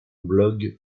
blog